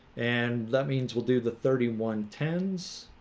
and that means we'll do the thirty one tens